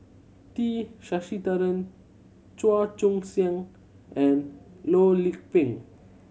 T Sasitharan Chua Joon Siang and Loh Lik Peng